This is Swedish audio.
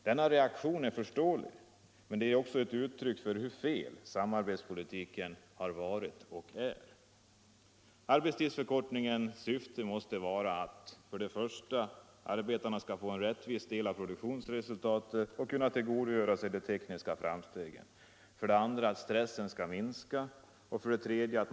Denna reak tion är förståelig, men är också ett uttryck för hur fel samarbetspolitikenhar — Nr 137 varit och är. Arbetstidsförkortningens syfte måste vara att: 25 maj 1976 1. Arbetarna får en rättvis del av produktionsresultatet och kan till: — godogöra sig de tekniska framstegen. Åndring i allmänna 2. Stressen skall minska. arbetstidslagen 3.